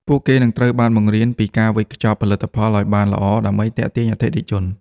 ពួកគេនឹងត្រូវបានបង្រៀនពីការវេចខ្ចប់ផលិតផលឱ្យបានល្អដើម្បីទាក់ទាញអតិថិជន។